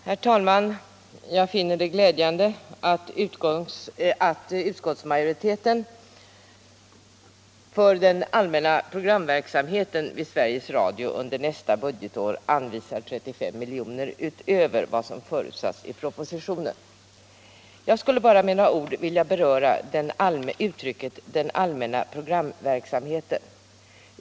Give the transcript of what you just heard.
Herr talman! Jag finner det glädjande att utskottsmajoriteten för den allmänna programverksamheten vid Sveriges Radio under nästa budgetår vill anvisa 35 miljoner utöver vad som förutsatts i propositionen. Jag skulle bara med några ord vilja beröra uttrycket ”den allmänna programverksamheten”.